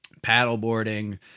Paddleboarding